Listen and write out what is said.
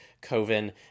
coven